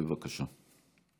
בבקשה.